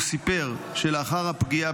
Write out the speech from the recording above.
הוא סיפר שלאחר הפגיעה,